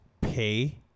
pay